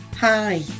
Hi